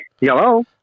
Hello